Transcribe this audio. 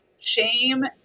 shame